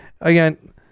Again